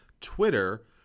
Twitter